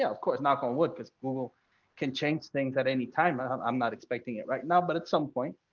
of course, knock on wood because google can change things at any time. ah um i'm not expecting it right now. but at some point,